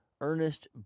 Ernest